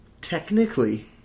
Technically